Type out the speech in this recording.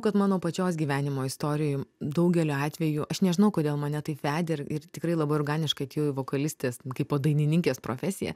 kad mano pačios gyvenimo istorijoj daugeliu atvejų aš nežinau kodėl mane taip vedė ir ir tikrai labai organiškai atėjau į vokalistės kaip po dainininkės profesiją